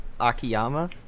Akiyama